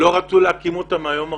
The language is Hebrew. לא רצו להקים אותה מהיום הראשון.